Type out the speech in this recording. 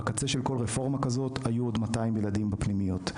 בקצה של כל רפורמה כזאת היו עוד 200 ילדים בפנימיות.